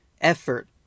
effort